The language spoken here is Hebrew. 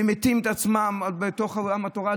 ממיתים את עצמם בתוך עולם התורה.